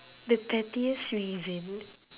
the pettiest reason